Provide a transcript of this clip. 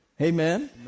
Amen